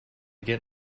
get